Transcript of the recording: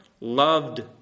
loved